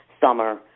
summer